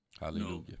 Hallelujah